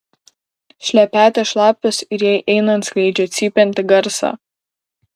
šlepetės šlapios ir jai einant skleidžia cypiantį garsą